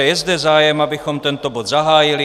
Je zde zájem, abychom tento bod zahájili.